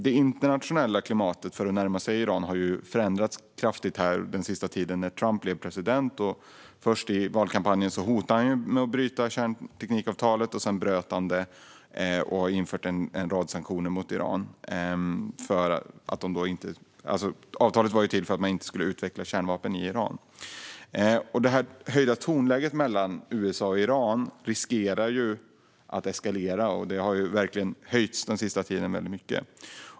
Det internationella klimatet när det gäller att närma sig Iran har förändrats kraftigt den sista tiden sedan Trump blev president. Först hotade han i valkampanjen med att bryta kärnteknikavtalet, och sedan bröt han det. Avtalet var till för att Iran inte skulle utveckla kärnvapen. Han har också infört en rad sanktioner mot Iran. Det höjda tonläget mellan USA och Iran riskerar att eskalera. Tonläget har verkligen höjts den sista tiden.